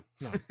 No